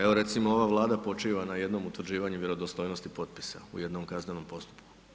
Evo recimo ova Vlada počiva na jednom utvrđivanju vjerodostojnosti potpisa u jednom kaznenom postupku.